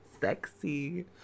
sexy